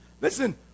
Listen